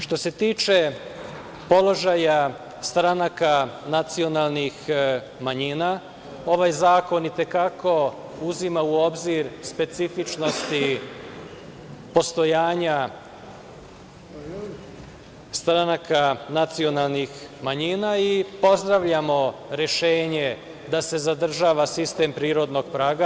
Što se tiče položaja stranaka nacionalnih manjina, ovaj zakon i te kako uzima u obzir specifičnosti postojanja stranaka nacionalnih manjina, i pozdravljamo rešenje da se zadržava sistem prirodnog praga.